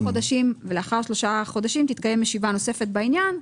לאחר שלושה חודשים תתקיים ישיבה נוספת בעניין.